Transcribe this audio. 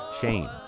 Shame